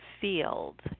field